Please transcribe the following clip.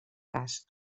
cas